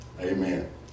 Amen